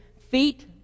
feet